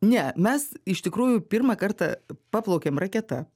ne mes iš tikrųjų pirmą kartą paplaukėm raketa